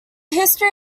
history